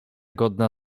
godna